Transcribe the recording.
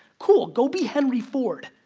cool, go be henry ford,